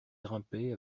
grimpait